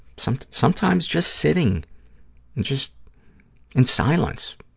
so sometimes just sitting and just in silence,